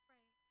Right